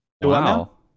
Wow